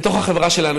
שלנו,